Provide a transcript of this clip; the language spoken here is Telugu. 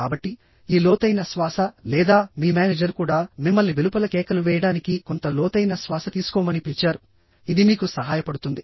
కాబట్టి ఈ లోతైన శ్వాస లేదా మీ మేనేజర్ కూడా మిమ్మల్ని వెలుపల కేకలు వేయడానికి కొంత లోతైన శ్వాస తీసుకోమని పిలిచారు ఇది మీకు సహాయపడుతుంది